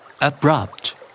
Abrupt